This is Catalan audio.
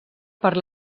per